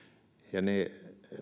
ja ne